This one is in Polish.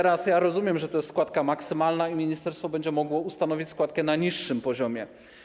Rozumiem, że to jest składka maksymalna i ministerstwo będzie mogło ustanowić składkę na niższym poziomie.